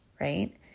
Right